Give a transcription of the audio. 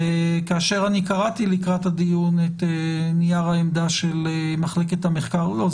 וכאשר קראתי לקראת הדיון את נייר העמדה של מחלקת המחקר לא,